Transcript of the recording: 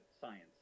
science